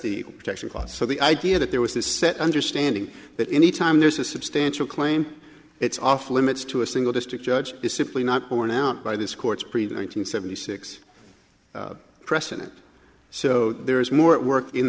the protection clause so the idea that there was this set understanding that anytime there's a substantial claim it's off limits to a single district judge is simply not borne out by this court's preventing seventy six precedent so there is more work in